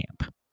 Camp